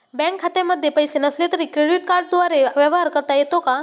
Bank खात्यामध्ये पैसे नसले तरी क्रेडिट कार्डद्वारे व्यवहार करता येतो का?